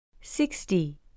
sixty